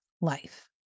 life